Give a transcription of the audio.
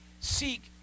Seek